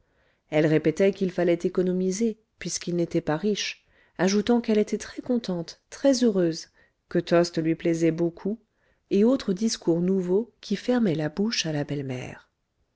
elle répétait qu'il fallait économiser puisqu'ils n'étaient pas riches ajoutant qu'elle était très contente très heureuse que tostes lui plaisait beaucoup et autres discours nouveaux qui fermaient la bouche à la belle-mère